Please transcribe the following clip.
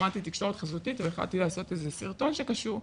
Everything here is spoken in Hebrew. למדתי תקשורת חזותית והחלטתי לעשות איזה סרטון שקשור.